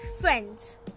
friends